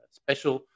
special